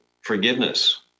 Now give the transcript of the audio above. forgiveness